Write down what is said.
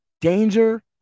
Danger